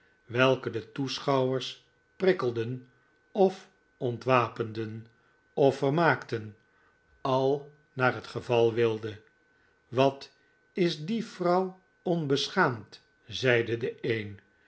welke de toeschouwers prikkelden of ontwapenden of vermaakten al naar het geval wilde wat is die vrouw onbeschaamd zeide deeen